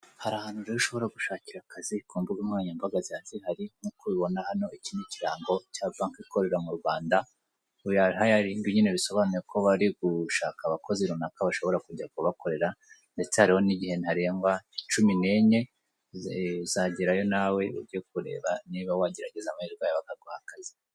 Hari ahantu rero ushobora gushakira akazi ku mbuga nkoranyambaga ziba zihari ,knkuko ubibona iki ni ikirango cya bake ikorera mu Rwanda ,wiyare hayaringi bisobanuye ko bari gushaka abakozi runaka bashobora kujya kubakorera ndetse hariho n'igihe ntarengwa cumi n'enye uzagerayo nawe ukareba niba wagerageza amahirwe yawe baguha akazi.